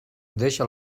deixa